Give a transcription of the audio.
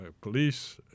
police